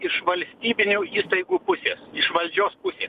iš valstybinių įstaigų pusės iš valdžios pusės